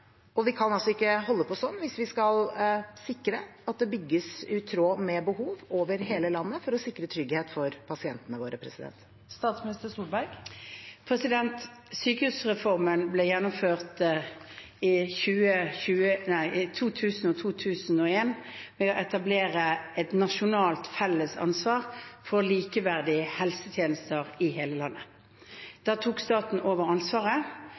Vi kan ikke holde på sånn hvis vi skal sikre at det bygges i tråd med behov over hele landet, for å sikre trygghet for pasientene våre. Sykehusreformen ble gjennomført i 2000 og 2001 ved å etablere et nasjonalt felles ansvar for likeverdige helsetjenester i hele landet. Da tok staten over ansvaret.